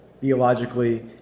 theologically